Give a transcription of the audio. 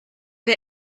wir